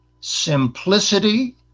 Simplicity